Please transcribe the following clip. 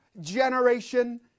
generation